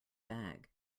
bag